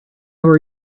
are